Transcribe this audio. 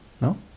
No